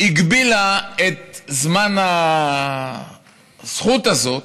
הגבילה את זמן הזכות הזאת,